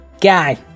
Guy